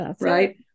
Right